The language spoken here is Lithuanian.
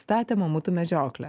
statė mamutų medžioklę